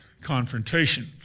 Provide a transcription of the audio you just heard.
confrontation